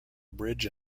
bridge